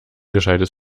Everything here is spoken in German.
gescheites